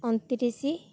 ଅଣତିରିଶି